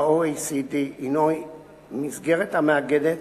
ה-OECD, הינו מסגרת המאגדת